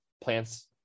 plants